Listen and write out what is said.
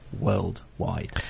worldwide